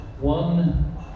One